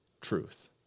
truth